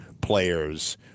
players